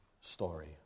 story